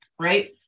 right